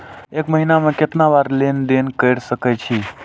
एक महीना में केतना बार लेन देन कर सके छी?